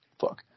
Fuck